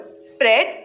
spread